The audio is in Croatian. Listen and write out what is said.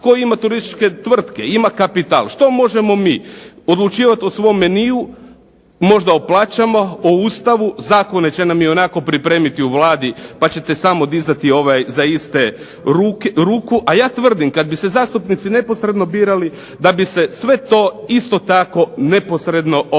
Tko ima turističke tvrtke? Ima kapital. Što možemo mi? Odlučivati o svom meniju, možda o plaćama, o Ustavu, zakone će nam ionako pripremiti u Vladi pa ćete samo dizati za iste ruku. A ja tvrdim, kad bi se zastupnici neposredno birali da bi se sve to isto tako neposredno promijenili.